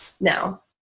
now